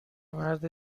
مرد